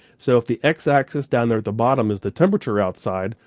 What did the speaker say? so if the x-axis down there at the bottom is the temperature outside,